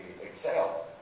exhale